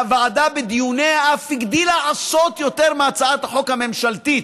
הוועדה בדיוניה אף הגדילה עשות יותר מהצעת החוק הממשלתית.